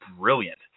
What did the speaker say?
brilliant